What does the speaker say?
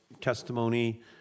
testimony